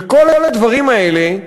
וכל הדברים האלה,